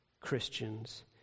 Christians